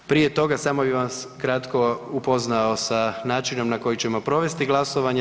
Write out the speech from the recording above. Prije toga, samo bi vas kratko upoznao sa načinom na koji ćemo provesti glasovanje.